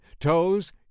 Toes